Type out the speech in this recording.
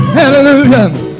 hallelujah